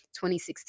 2016